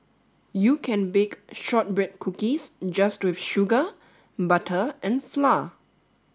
you can bake shortbread cookies just with sugar butter and flour